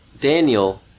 Daniel